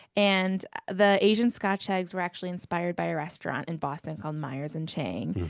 and the asian scotch eggs were actually inspired by a restaurant in boston called myers and chang,